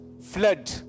flood